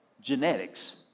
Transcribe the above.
genetics